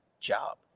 job